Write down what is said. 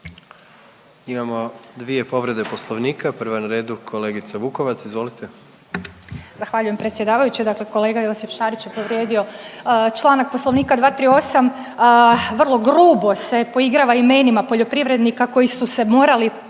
Imamo dvije povrede poslovnika, prva je na redu kolegica Vukovac, izvolite. **Vukovac, Ružica (Nezavisni)** Zahvaljujem predsjedavajući. Dakle, kolega Josip Šarić je povrijedio članak poslovnika 238., vrlo grubo se poigrava imenima poljoprivrednika koji su se morali prestat